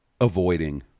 avoiding